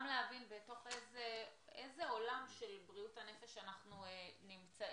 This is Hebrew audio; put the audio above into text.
גם להבין בתוך איזה עולם של בריאות הנפש אנחנו נמצאים,